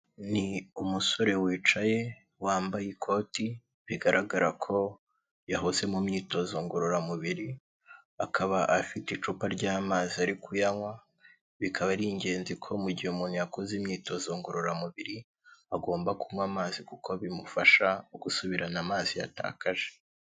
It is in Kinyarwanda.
Ni umusore wicaye wambaye ikoti bigaragara ko yahoze mu myitozo ngororamubiri akaba afite icupa ry'amazi ari kuyanywa bikaba ari ingenzi ko mu gihe umuntu yakoze imyitozo ngororamubiri agomba kunywa amazi kuko bimufasha gusubirana amazi yatakaje.